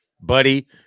buddy